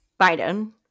Biden